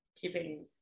keeping